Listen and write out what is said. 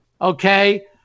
Okay